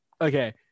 Okay